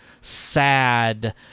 sad